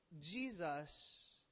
Jesus